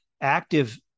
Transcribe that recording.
Active